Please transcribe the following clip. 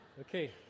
Okay